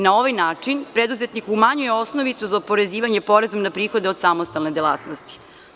Na ovaj način preduzetnik umanjuje osnovicu za oporezivanje poreza na prihode od samostalne delatnosti.